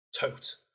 Tote